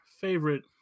favorite